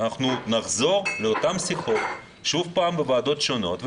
נחזור לאותן שיחות שוב בוועדות שונות,